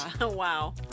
Wow